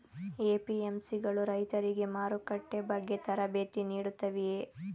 APMC ಗಳು ರೈತರಿಗೆ ಮಾರುಕಟ್ಟೆ ಬಗ್ಗೆ ತರಬೇತಿ ನೀಡುತ್ತವೆಯೇ?